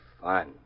fun